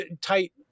tight